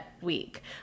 Week